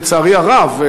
לצערי הרב,